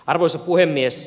arvoisa puhemies